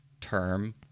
term